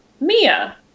Mia